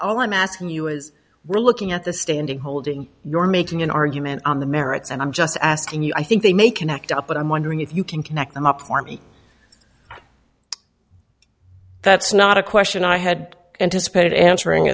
all i'm asking you is we're looking at the standing holding your making an argument on the merits and i'm just asking you i think they may connect up but i'm wondering if you can connect them up for me that's not a question i had anticipated answering